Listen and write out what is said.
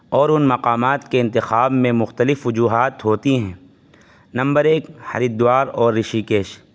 اور ان مقامات کے انتخاب میں مختلف وجوہات ہوتی ہیں نمبر ایک ہریدوار اور رشی کیش